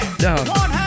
down